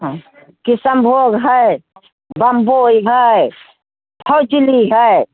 हँ किशनभोग हय बम्बइ हय फजुली हय